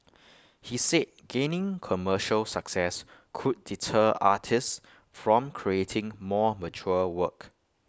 he said gaining commercial success could deter artists from creating more mature work